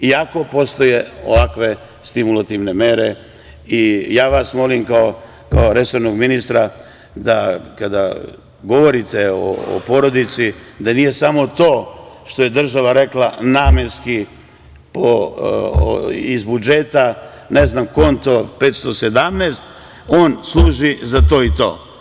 Iako postoje ovakve stimulativne mere, ja vas molim kao resornog ministra, da kada govorite o porodici, da nije samo to što je država rekla - namenski iz budžeta, ne znam konto 517, on služi za to i to.